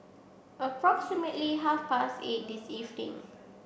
approximately half past eight this evening